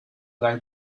like